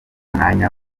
mwanya